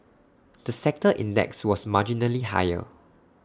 the sector index was marginally higher